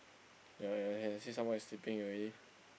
ya ya you can see someone is sleeping already